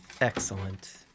Excellent